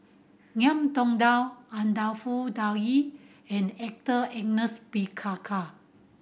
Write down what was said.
Ngiam Tong Dow Anwarul and Arthur Ernest